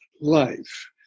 life